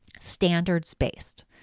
standards-based